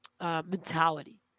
mentality